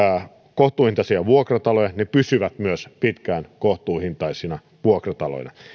kohtuuhintaisia vuokrataloja ne pysyvät myös pitkään kohtuuhintaisina vuokrataloina